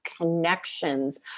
connections